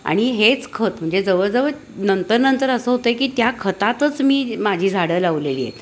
आणि हेच खत म्हणजे जवळजवळ नंतरनंतर असं होत आहे की त्या खतातच मी माझी झाडं लावलेली आहेत